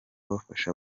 bafasha